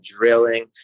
drilling